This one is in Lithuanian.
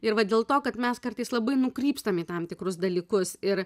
ir va dėl to kad mes kartais labai nukrypstam į tam tikrus dalykus ir